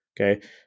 okay